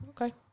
Okay